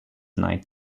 night